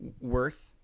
worth